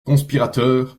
conspirateurs